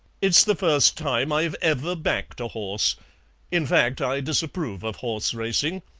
it's the first time i've ever backed a horse in fact i disapprove of horse-racing,